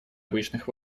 обычных